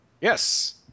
Yes